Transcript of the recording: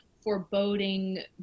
foreboding